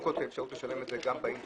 כול האפשרות לשלם את זה גם באינטרנט,